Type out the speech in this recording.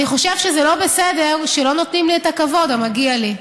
אני חושב שזה לא בסדר שלא נותנים לי את הכבוד המגיע לי.